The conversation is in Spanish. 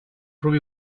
ruby